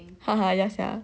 haha ya sia